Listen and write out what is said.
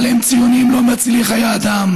אבל עם ציונים לא מצילים חיי אדם.